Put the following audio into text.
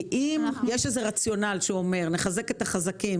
אם יש איזה רציונל שאומר: נחזק את החזקים